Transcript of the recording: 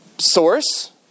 Source